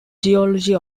geology